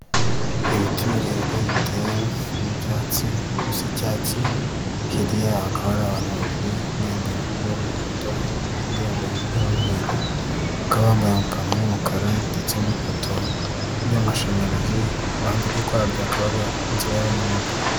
Ibiti birebire biteye ku byatsi bisa icyatsi hirya yaho hakaba hari abantu babiri , umwe yambaye umupira w'umuhondo undi yambaye umupir w'umweru bakaba bambaye ama pantaro y'umukara ndetse n'ipoto y'amashanyarazi iruhande rwabyo hakaba ari inzira y'abanyamaguru.